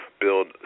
build